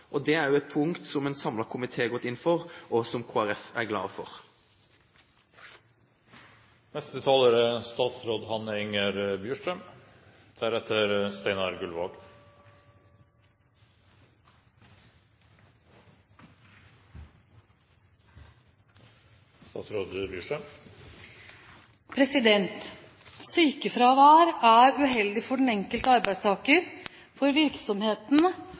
Det er et punkt som en samlet komité har gått inn for, og som Kristelig Folkeparti er glad for. Sykefravær er uheldig for den enkelte arbeidstaker, for virksomheten og for samfunnet generelt. Alle er